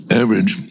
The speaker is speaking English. average